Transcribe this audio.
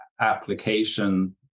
application